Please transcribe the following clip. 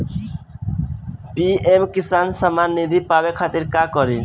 PM Kisan Samman Nidhi पावे खातिर का करी?